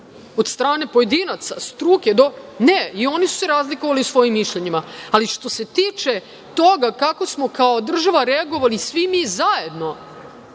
od strane pojedinaca, struke, ne, i oni su se razlikovali u svojim mišljenjima, ali što se tiče toga kako smo kao država reagovali svi mi zajedno,